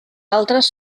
altres